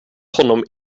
honom